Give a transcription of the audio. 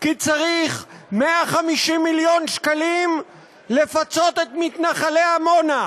כי צריך 150 מיליון שקלים לפצות את מתנחלי עמונה,